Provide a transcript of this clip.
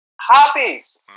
Hobbies